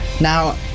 Now